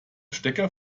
stecker